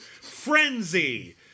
Frenzy